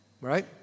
right